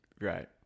Right